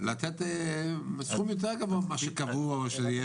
לתת סכום יותר גבוה ממה שקבעו שיהיה,